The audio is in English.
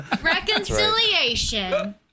Reconciliation